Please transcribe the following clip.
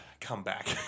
comeback